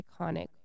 iconic